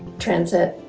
transit,